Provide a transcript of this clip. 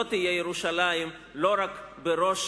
שתהיה ירושלים לא רק בראש